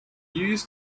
views